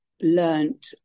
learned